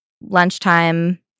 lunchtime